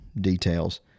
details